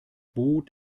boot